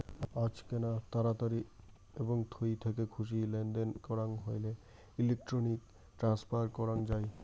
আজকেনা তাড়াতাড়ি এবং থুই থেকে খুশি লেনদেন করাং হইলে ইলেক্ট্রনিক ট্রান্সফার করাং যাই